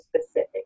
specific